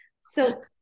So-